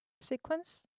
sequence